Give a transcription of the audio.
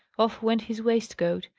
off went his waistcoat,